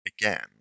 again